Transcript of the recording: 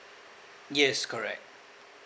yes correct